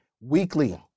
weekly